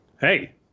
hey